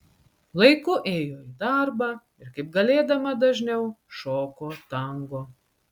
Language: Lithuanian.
laiku ėjo į darbą ir kaip galėdama dažniau šoko tango